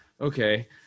okay